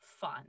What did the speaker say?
fun